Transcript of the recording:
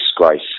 disgrace